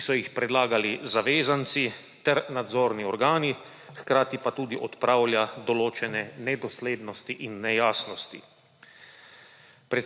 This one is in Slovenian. ki so jih predlagali zavezanci ter nadzorni organi, hkrati pa tudi odpravlja določene nedoslednosti in nejasnosti.